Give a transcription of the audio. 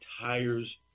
tires